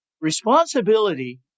Responsibility